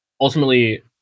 ultimately